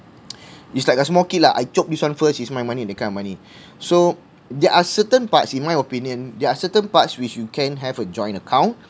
it's like a small kid lah I chop this one first it's my money that kind of money so there are certain parts in my opinion there are certain parts which you can have a joint account